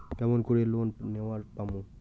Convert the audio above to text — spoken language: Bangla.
কেমন করি লোন নেওয়ার পামু?